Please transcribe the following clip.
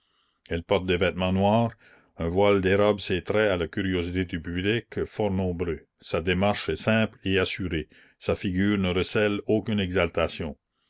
elle porte des vêtements noirs un voile dérobe ses traits à la curiosité du public fort nombreux sa démarche est simple et assurée sa figure ne recèle aucune